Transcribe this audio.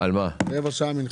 רבע שעה לתפילת מנחה.